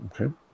Okay